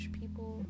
people